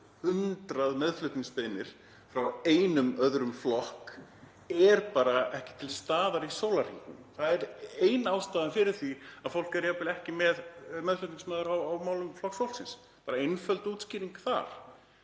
hundrað meðflutningsbeiðnir frá einum öðrum flokki er bara ekki til staðar í sólarhringnum. Það er ein ástæða fyrir því að fólk er ekki meðflutningsmenn á málum Flokks fólksins, það er ein einföld útskýring.